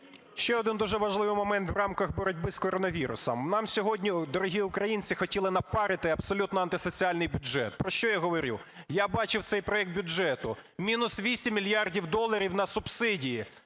Ще один дуже важливий момент в рамках боротьби з коронавірусом. Нам сьогодні, дорогі українці, хотіли напарити абсолютно антисоціальний бюджет. Про що я говорю? Я бачив цей проект бюджету. Мінус 8 мільярдів доларів на субсидії.